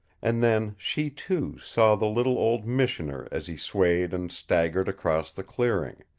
and then she, too, saw the little old missioner as he swayed and staggered across the clearing.